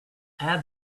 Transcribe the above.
add